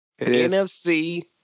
NFC